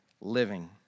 living